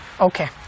Okay